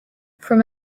from